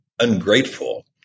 ungrateful